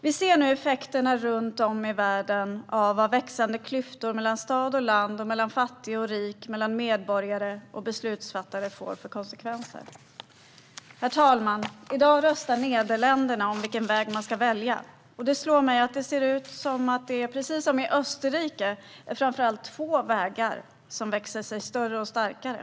Vi ser nu runt om i världen vilka effekter och konsekvenser växande klyftor mellan stad och land, mellan fattig och rik, mellan medborgare och beslutsfattare får. Herr talman! I dag röstar Nederländerna om vilken väg man ska välja. Det slår mig att det ser ut som att det, precis som i Österrike, är framför allt två vägar som växer sig större och starkare.